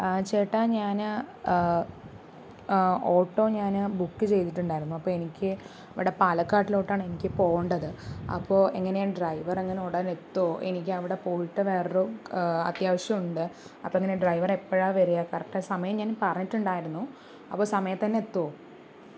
ആ ചേട്ടാ ഞാൻ ഓട്ടോ ഞാൻ ബുക്ക് ചെയ്തിട്ടുണ്ടായിരുന്നു അപ്പോൾ എനിക്ക് ഇവിടെ പാലക്കാട്ടിലോട്ടാണ് എനിക്ക് പോകണ്ടത് അപ്പോൾ എങ്ങനെയാണ് ഡ്രൈവർ എങ്ങനെയാണ് ഉടൻ എത്തുമോ എനിക്ക് അവിടെ പോയിട്ട് വേറൊരു അത്യാവശ്യം ഉണ്ട് അപ്പോൾ എങ്ങനെയാണ് ഡ്രൈവർ എപ്പോഴാണ് വരിക കറക്റ്റായ സമയം ഞാൻ പറഞ്ഞിട്ടുണ്ടായിരുന്നു അപ്പോൾ സമയത്ത് തന്നെ എത്തുമോ